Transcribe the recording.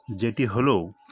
যেটি হল